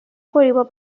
কৰিব